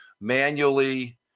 manually